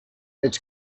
its